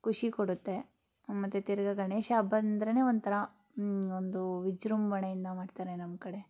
ಖುಷಿ ಕೊಡುತ್ತೆ ಮತ್ತು ತಿರ್ಗಿ ಗಣೇಶ ಹಬ್ಬ ಅಂದ್ರೇ ಒಂಥರ ಒಂದು ವಿಜ್ರಂಭಣೆಯಿಂದ ಮಾಡ್ತಾರೆ ನಮ್ಮ ಕಡೆ